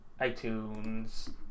iTunes